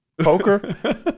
Poker